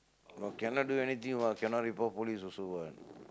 no cannot do anything what cannot report police also what